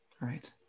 Right